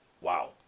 Wow